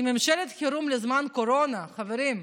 כממשלת חירום לזמן קורונה, חברים.